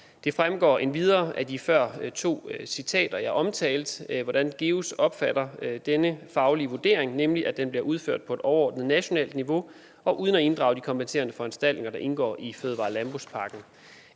Det fremgår endvidere af de to føromtalte citater, hvordan GEUS opfatter denne faglige vurdering, nemlig at den bliver udført på et overordnet nationalt niveau og uden at inddrage de kompenserende foranstaltninger, der indgår i fødevare- og landbrugspakken.